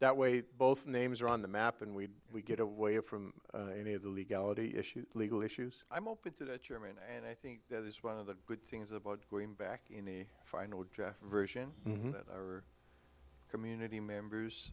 that way both names are on the map and we get away from any of the legality issues legal issues i'm open to that your man and i think that is one of the good things about going back in the final draft version or community members